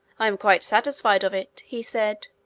i am quite satisfied of it he said.